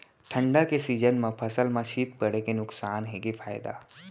ठंडा के सीजन मा फसल मा शीत पड़े के नुकसान हे कि फायदा?